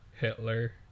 Hitler